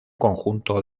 conjunto